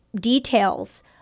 details